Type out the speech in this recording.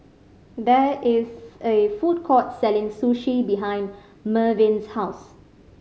there is a food court selling Sushi behind Merwin's house